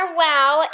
wow